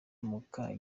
muka